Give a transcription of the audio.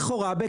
לכאורה,